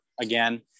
again